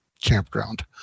campground